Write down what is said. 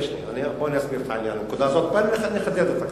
אני אסביר את הנקודה הזאת, בוא נחדד אותה קצת.